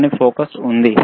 కాబట్టి ఫోకస్ ఉంది